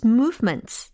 movements